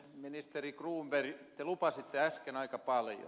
ministeri cronberg te lupasitte äsken aika paljon